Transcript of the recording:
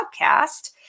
podcast